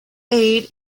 aid